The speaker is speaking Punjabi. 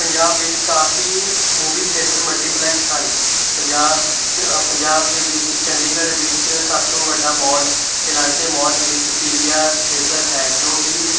ਪੰਜਾਬ ਵਿੱਚ ਕਾਫੀ ਮੂਵੀ ਥੀਏਟਰ ਮਲਟੀਪਲੈਕਸ ਹਨ ਪੰਜਾਬ ਪੰਜਾਬ ਦੇ ਵਿੱਚ ਚੰਡੀਗੜ੍ਹ ਵਿੱਚ ਸਭ ਤੋਂ ਵੱਡਾ ਮੌਲ ਏਲਾਂਟੇ ਮਾਲ ਵਿੱਚ ਪੀ ਵੀ ਆਰ ਥੀਏਟਰ ਹੈ ਜੋ ਕਿ